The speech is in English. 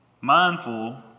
mindful